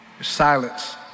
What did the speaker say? silence